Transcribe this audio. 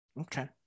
Okay